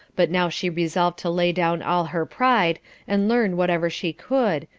but now she resolved to lay down all her pride and learn whatever she could,